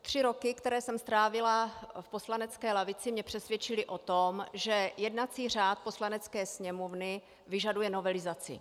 Tři roky, které jsem strávila v poslanecké lavici, mě přesvědčily o tom, že jednací řád Poslanecké sněmovny vyžaduje novelizaci.